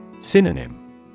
Synonym